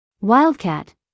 Wildcat